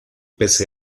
pese